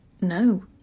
No